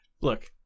Look